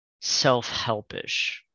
self-helpish